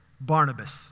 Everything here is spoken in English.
Barnabas